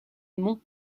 monts